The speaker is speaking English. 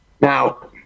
Now